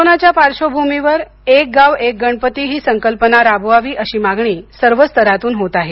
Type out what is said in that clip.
कोरोनाच्या पार्श्वभूमीवर एक गावात एक गणपती ही संकल्पना राबवावी अशी मागणी सर्व स्तरातून होत आहे